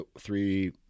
three